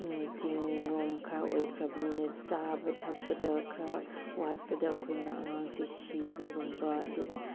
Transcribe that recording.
ꯆꯤꯡꯂꯣꯝ ꯈꯔ ꯑꯣꯏꯈ꯭ꯔꯕꯅꯤꯅ ꯆꯥꯕ ꯊꯛꯄꯗ ꯈꯔ ꯋꯥꯠꯄꯗ ꯑꯩꯈꯣꯏꯅ ꯑꯉꯥꯡꯁꯦ ꯁꯤꯕꯒꯨꯝꯕ ꯑꯗꯨꯒ